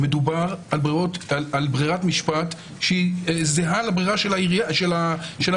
מדובר על ברירת משפט שהיא זהה לברירה של המדינה.